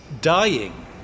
dying